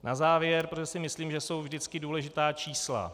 Na závěr, protože si myslím, že jsou vždycky důležitá čísla.